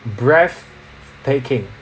breathtaking